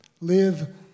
Live